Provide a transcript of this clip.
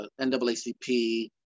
NAACP